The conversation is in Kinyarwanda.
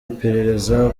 iperereza